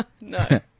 No